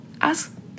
ask